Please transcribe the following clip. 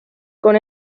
con